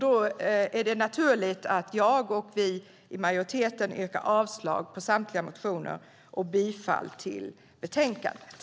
Då är det naturligt att jag och vi i majoriteten yrkar avslag på samtliga motioner och bifall till utskottets förslag i betänkandet.